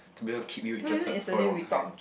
to be able to keep you interested for a long time